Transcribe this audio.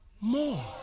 more